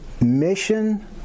mission